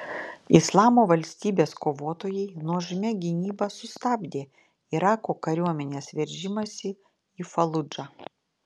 islamo valstybės kovotojai nuožmia gynyba sustabdė irako kariuomenės veržimąsi į faludžą